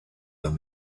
than